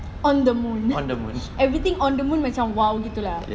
on the moon everything on the moon macam !wow! gitu lah